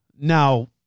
Now